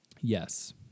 Yes